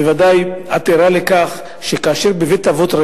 בוודאי את ערה לכך שכאשר אבא ואמא של מישהו